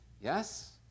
Yes